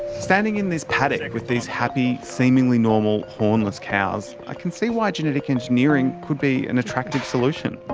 standing in this paddock with these happy, seemingly normal, hornless cows, i can see why genetic engineering could be an attractive solution.